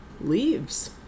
leaves